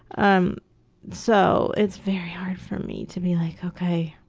um so it's very hard for me to be like, ok.